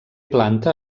planta